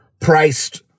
priced